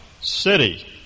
city